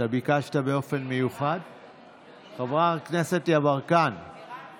שדיבר נגד החלטות הממשלה שהוא עצמו מיישם אותן עכשיו,